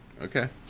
Okay